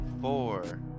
four